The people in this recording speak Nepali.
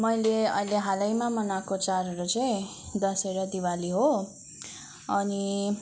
मैले अहिले हालैमा मनाएको चाडहरू चाहिँ दसैँ र दिवाली हो अनि